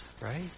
right